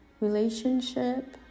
relationship